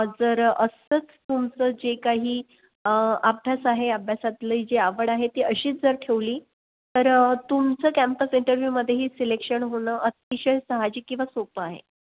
जर असंच तुमचं जे काही अभ्यास आहे अभ्यासातली जी आवड आहे ती अशीच जर ठेवली तर तुमचं कॅम्पस इंटरव्ह्यूमध्येही सिलेक्शन होणं अतिशय साहजिक किंवा सोपं आहे